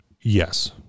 Yes